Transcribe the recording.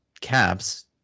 caps